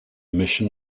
mission